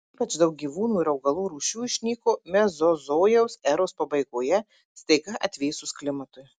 ypač daug gyvūnų ir augalų rūšių išnyko mezozojaus eros pabaigoje staiga atvėsus klimatui